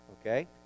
okay